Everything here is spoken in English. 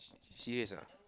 serious ah